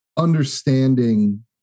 Understanding